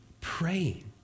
praying